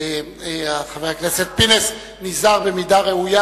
חבר הכנסת פינס נזהר במידה הראויה,